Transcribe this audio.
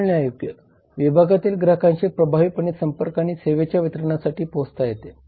हाताळण्यायोग्य विभागातील ग्राहकांशी प्रभावीपणे संपर्क आणि सेवेच्या वितरणासाठी पोहोचता येते